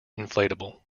inflatable